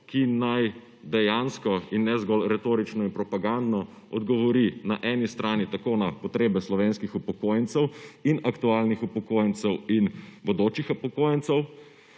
ki naj dejansko in ne zgolj retorično in propagandno odgovori na eni strani tako na potrebe slovenskih upokojencev, aktualnih upokojencev in bodočih upokojencev,